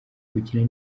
gukina